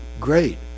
great